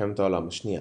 במלחמת העולם השנייה.